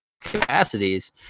capacities